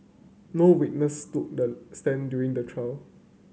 no witness took the stand during the trial